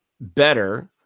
better